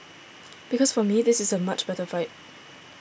because for me this is a much better fight